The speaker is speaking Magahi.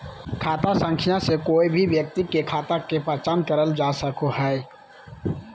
खाता संख्या से कोय भी व्यक्ति के खाता के पहचान करल जा सको हय